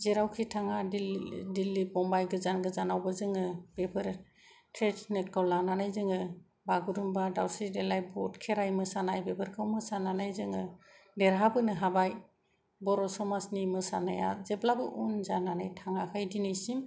जेरावखि थाङा दिल्लि मुम्बाइ गोजान गोजानावबो जोङो बेफोर ट्रेदिसिनेलखौ लानानै बागुरुमबा दावस्रि देलाय बहुद खेराइ मोसानाय बेफोरखौ मोसानानै जोङो देरहाबोनो हाबाय बर' समाजनि मोसानाया जेब्लाबो उन जानानै थाङाखै दिनैसिम